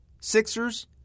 Sixers